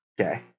okay